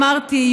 אמרתי,